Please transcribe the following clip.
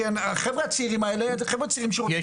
כי החבר'ה הצעירים האלה זה חבר'ה צעירים שרוצים